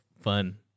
fun